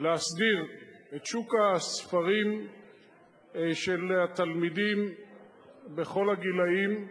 להסדיר את שוק הספרים של התלמידים בכל הגילים.